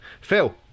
Phil